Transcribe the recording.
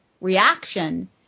reaction